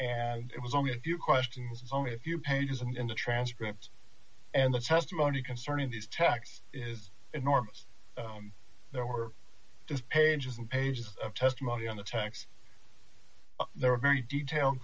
and it was only a few questions only a few pages in the transcript and the testimony concerning these texts is enormous there were just pages and pages of testimony on the tanks there were very detailed